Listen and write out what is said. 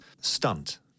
stunt